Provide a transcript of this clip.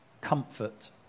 comfort